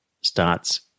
starts